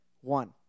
One